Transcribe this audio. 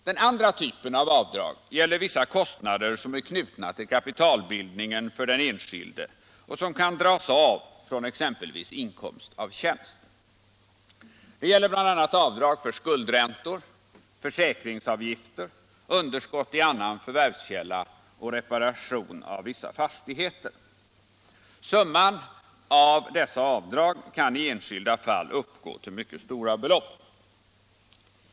Den andra typen av avdrag gäller vissa kostnader som är knutna till kapitalbildningen för den enskilde och som kan dras av från exempelvis inkomst av tjänst. Det gäller bl.a. avdrag för skuldräntor, försäkringsavgifter, underskott i annan förvärvskälla och reparationer av vissa fastigheter. Summan av dessa avdrag kan i enskilda fall uppgå till mycket stora belopp.